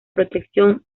protección